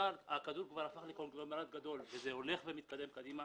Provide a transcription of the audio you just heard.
הכדור הפך כבר לקונגלומרט גדול וזה הולך ומתקדם קדימה